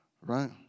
right